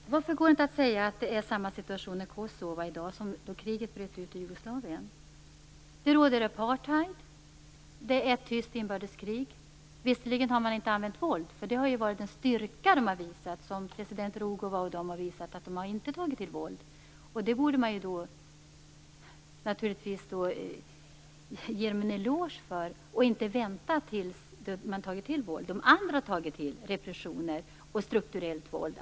Fru talman! Varför går det inte att säga att det är samma situation i Kosova i dag som då kriget bröt ut i Jugoslavien? Där råder apartheid och det förs ett tyst inbördeskrig. Visserligen har man inte använt våld. En styrka som president Rugova och andra har visat är att de inte har tagit till våld. Detta borde man naturligtvis ge dem en eloge för och inte vänta tills de tar till våld. Däremot har serberna tagit till repressioner och strukturellt våld.